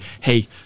hey